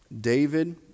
David